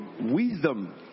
wisdom